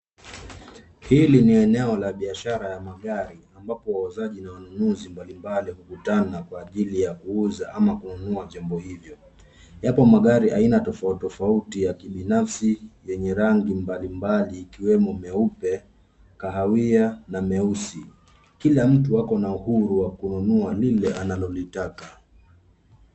Hili ni eneo la biashara ya magari ambapo wauzaji na wanunuzi mbalimbali wanakutana kwa ajili ya kuuza ama kununua jambo hivyo. Yapo magari aina tofautitofauti ya kibinafsi yenye rangi mbalimbali ikiwemo meupe, kahawia na meusi. Kila mtu ako na uhuru wa kununua lile analolitaka.